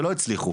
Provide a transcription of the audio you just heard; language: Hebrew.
ולא הצליחו.